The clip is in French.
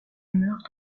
meurt